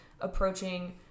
approaching